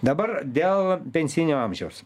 dabar dėl pensijinio amžiaus